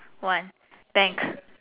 one thanks